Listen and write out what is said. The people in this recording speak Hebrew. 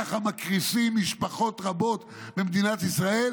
ככה מקריסים משפחות רבות במדינת ישראל,